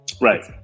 right